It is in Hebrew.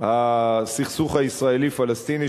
הסכסוך הישראלי פלסטיני,